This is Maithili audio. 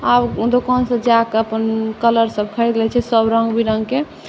आब दोकानसँ जाकऽ अपन कलरसब खरीद लै छै सब रङ्ग बिरङ्गके